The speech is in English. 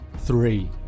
three